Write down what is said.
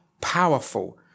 powerful